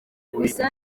gusa